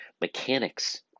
mechanics